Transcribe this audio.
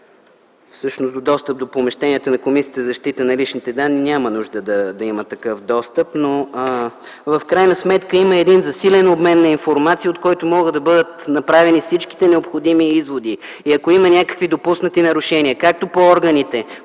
Всъщност достъп до помещенията на Комисията за защита на личните данни няма нужда да има, но в крайна сметка има един засилен обмен на информация, от който могат да бъдат направени всички необходими изводи. И ако има някакви допуснати нарушения както от органите,